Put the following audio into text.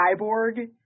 cyborg